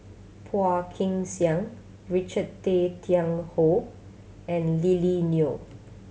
Phua Kin Siang Richard Tay Tian Hoe and Lily Neo